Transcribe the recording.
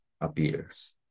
appears